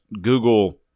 Google